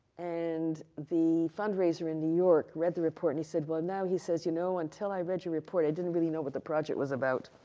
and the fundraiser in new york read the report, and he said, well, now, he says, you know, until i read your report, i didn't really know what the project was about.